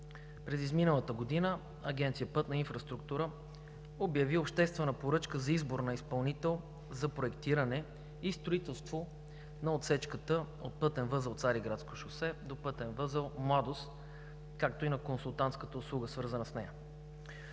През изминалата година Агенция „Пътна инфраструктура“ обяви обществена поръчка за избор на изпълнител за проектиране и строителство на отсечката от пътен възел „Цариградско шосе“ до пътен възел „Младост“, както и на консултантската услуга, свързана с нея.